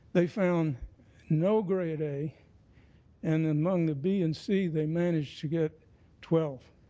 they found no grade a and among the b and c they managed to get twelve.